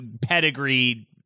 pedigree